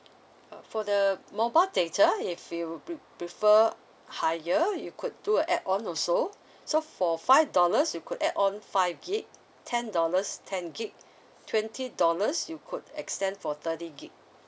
uh for the mobile data if you pre prefer higher you could to a add-on also so for five dollars you could add on five gig ten dollars ten gig twenty dollars you could extend for thirty gig